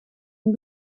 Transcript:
hun